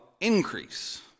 increase